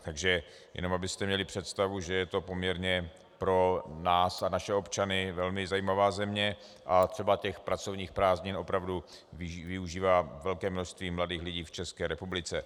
Takže jenom abyste měli představu, že je to poměrně pro nás a naše občany velmi zajímavá země a třeba těch pracovních prázdnin opravdu využívá velké množství mladých lidí v České republice.